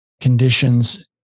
conditions